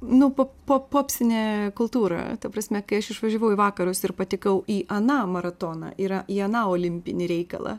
nu po po popsinė kultūra ta prasme kai aš išvažiavau į vakarus ir patekau į aną maratoną ir į aną olimpinį reikalą